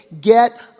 get